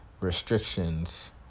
restrictions